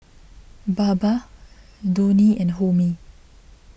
Baba Dhoni and Homi